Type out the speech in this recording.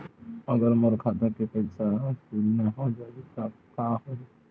अगर मोर खाता के पईसा ह शून्य हो जाही त का होही?